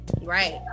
right